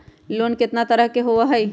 Loan केतना तरह के होअ हई?